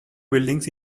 buildings